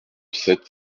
sept